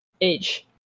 age